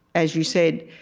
as you said,